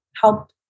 help